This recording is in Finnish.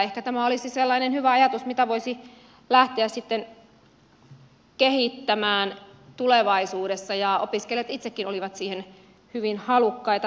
ehkä tämä olisi sellainen hyvä ajatus mitä voisi lähteä kehittämään tulevaisuudessa ja opiskelijat itsekin olivat siihen hyvin halukkaita